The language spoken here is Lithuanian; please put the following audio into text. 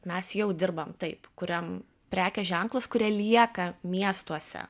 mes jau dirbam taip kuriam prekės ženklus kurie lieka miestuose